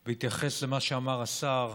בהתייחס למה שאמר השר,